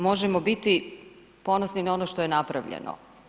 Možemo biti ponosni na ono što je napravljeno.